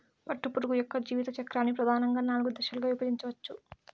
పట్టుపురుగు యొక్క జీవిత చక్రాన్ని ప్రధానంగా నాలుగు దశలుగా విభజించవచ్చు